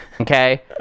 Okay